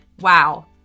Wow